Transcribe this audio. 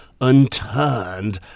unturned